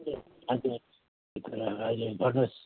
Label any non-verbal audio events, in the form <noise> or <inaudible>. ए हजुर <unintelligible> भन्नुहोस्